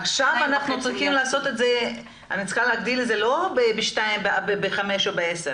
עכשיו אני צריכה להגדיל את זה לא ב-5 או ב-10,